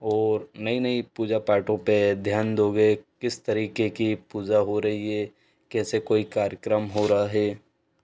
और नई नई पूजा पाठों पर ध्यान दोगे किस तरीक़े की पूजा हो रही है कैसे कोई कार्यक्रम हो रहा है